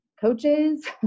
coaches